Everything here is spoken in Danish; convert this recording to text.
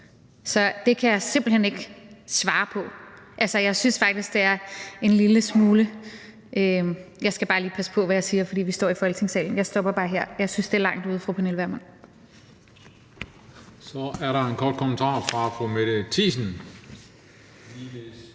Så det kan jeg simpelt hen ikke svare på. Jeg synes faktisk, at det er en lille smule ...– jeg skal bare lige passe på, hvad jeg siger, fordi vi står i Folketingssalen. Jeg stopper bare her. Jeg synes, at det er langt ude, fru Pernille Vermund. Kl. 14:59 Den fg. formand (Christian Juhl):